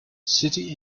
city